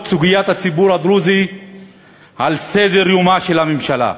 סוגיית הציבור הדרוזי על סדר-יומה של הממשלה,